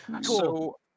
So-